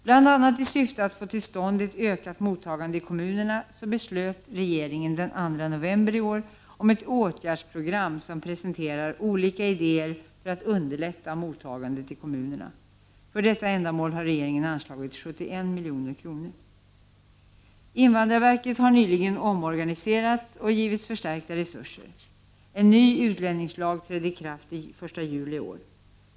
Bl.a. i syfte att få till stånd ett ökat mottagande i kommunerna beslöt regeringen den 2 november i år om ett åtgärdsprogram som presenterar olika idéer, vilkas syfte är att underlätta mottagandet i kommunerna. För detta ändamål har regeringen anslagit 71 milj.kr. Invandrarverket har nyligen omorganiserats och givits förstärkta resurser. En ny utlänningslag trädde i kraft den 1 juli i år.